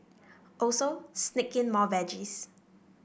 also sneak in more veggies